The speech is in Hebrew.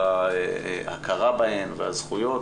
על ההכרה בהן והזכויות